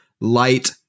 Light